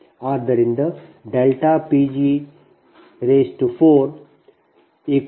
ಆದ್ದರಿಂದ ΔP g 370 4